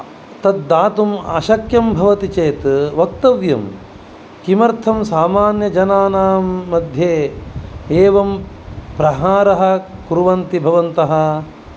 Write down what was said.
तद् दातुम् अशक्यं भवति चेत् वक्तव्यं किमर्थं सामन्यजनानां मध्ये एवं प्रहारः कुर्वन्ति भवन्तः